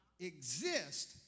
exist